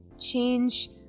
change